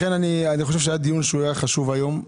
היה דיון חשוב היום.